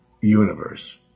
universe